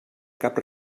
cap